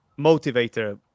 motivator